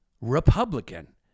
Republican